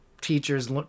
teachers